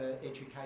education